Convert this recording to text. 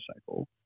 cycle